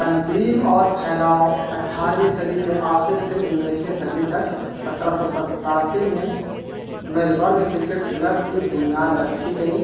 تنظیم اور پھیلاؤ اٹھارہویں صدی کے آخر سے انیسویں صدی تک سترہ سو ستاسی میں میلبرن کرکٹ کلب کی بنیاد رکھی گئی